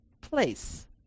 place